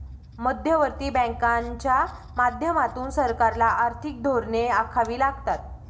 मध्यवर्ती बँकांच्या माध्यमातून सरकारला आर्थिक धोरणे आखावी लागतात